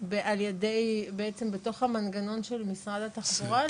על ידי בעצם בתוך המנגנון של משרד התחבורה,